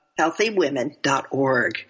healthywomen.org